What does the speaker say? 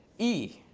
e.